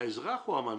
האזרח או המנגנון?